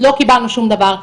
לא קיבלנו שום דבר.